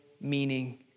meaning